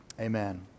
Amen